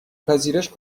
پذیرش